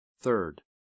Third